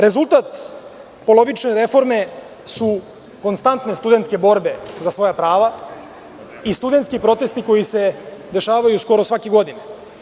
Rezultat polovične reforme su konstantne studenske borbe za svoja prava i studentski protesti koji se dešavaju skoro svake godine.